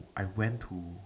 I went to